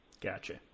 Gotcha